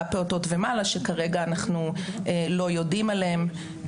פעוטות ומעלה שכרגע אנחנו לא יודעים עליהם,